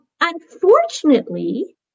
Unfortunately